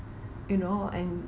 you know and